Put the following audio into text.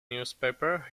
newspaper